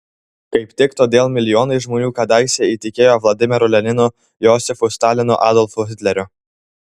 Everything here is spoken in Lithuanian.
kaip tik todėl milijonai žmonių kadaise įtikėjo vladimiru leninu josifu stalinu adolfu hitleriu